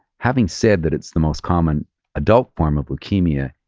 having said that it's the most common adult form of leukemia,